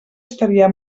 estaria